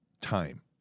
time